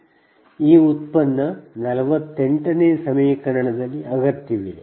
ನಿಮಗೆ ಈಗ ಉತ್ಪನ್ನ 48ನೇ ಸಮೀಕರಣದ ಅಗತ್ಯವಿದೆ